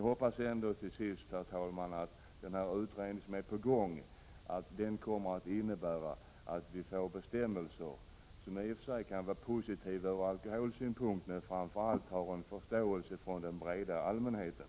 Jag hoppas ändå att den utredning som är på gång kommer att innebära att vi får bestämmelser som i och för sig kan vara positiva ur alkoholsynpunkt men som framför allt röner förståelse hos den breda allmänheten.